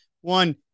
one